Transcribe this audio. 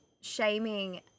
shaming